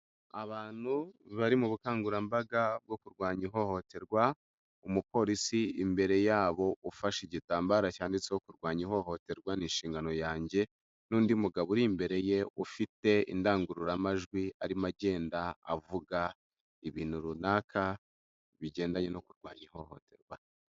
Abantu bari mu bukangurambaga bwo kurwanya ihohoterwa, umupolisi imbere yabo ufashe igitambaro cyanditseho kurwanya ihohoterwa ni inshingano yanjye n'undi mugabo uri imbere ye ufite indangururamajwi, arimo agenda avuga ibintu runaka bigendanye no kurwanya ihohoterwa.